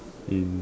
in